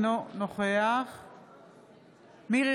אינו נוכח מירי